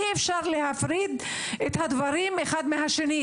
אי אפשר להפריד את הדברים אחד מהשני.